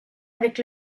avec